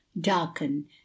darken